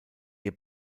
ihr